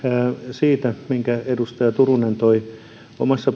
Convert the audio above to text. siitä asiasta minkä edustaja turunen toi omassa